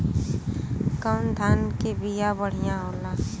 कौन धान के बिया बढ़ियां होला?